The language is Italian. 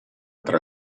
tra